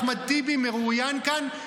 אחמד טיבי מרואיין כאן,